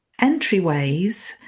entryways